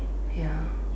ya